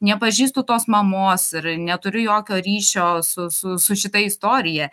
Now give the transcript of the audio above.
nepažįstu tos mamos ir neturiu jokio ryšio su su su šita istorija